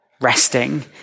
Resting